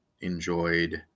enjoyed